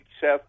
Seth